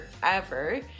forever